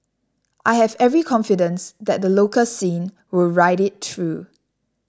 I have every confidence that the local scene will ride it through